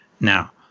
Now